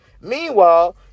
Meanwhile